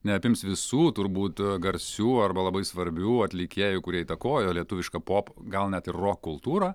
neapims visų turbūt garsių arba labai svarbių atlikėjų kurie įtakojo lietuvišką pop gal net rok kultūrą